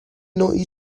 نوعی